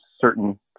certain